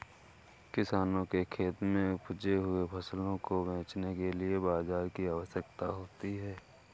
किसानों के खेत में उपजे हुए फसलों को बेचने के लिए बाजार की आवश्यकता होती है